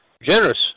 Generous